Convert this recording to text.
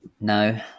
no